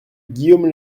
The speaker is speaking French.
guillaume